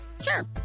Sure